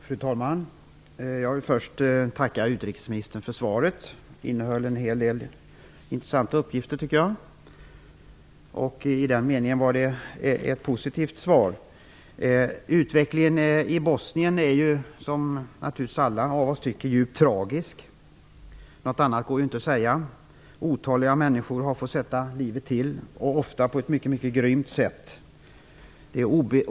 Fru talman! Jag vill först tacka utrikesministern för svaret. Det innehöll en hel del intressanta uppgifter. I den meningen var det ett positivt svar. Utvecklingen i Bosnien är djupt tragisk. Det tycker naturligtvis alla av oss. Något annat går inte att säga. Otaliga människor har fått sätta livet till, ofta på ett mycket grymt sätt.